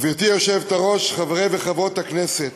גברתי היושבת-ראש, חברי וחברות הכנסת,